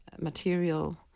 material